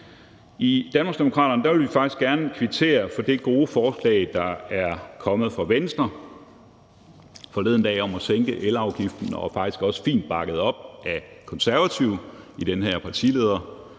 I Danmarksdemokraterne vil vi faktisk gerne kvittere for det gode forslag, der er kommet fra Venstre forleden dag om at sænke elafgiften, og det blev faktisk også fint bakket op af Konservative i den her partilederdebat,